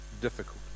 difficult